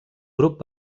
grup